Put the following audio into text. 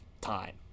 time